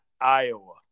Iowa